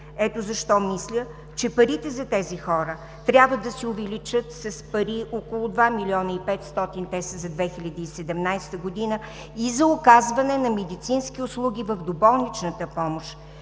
Ето защо мисля, че парите за тези хора трябва да се увеличат с около два милиона и петстотин – те са за 2017 г., и за оказване на медицински услуги в доболничната помощ.